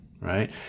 right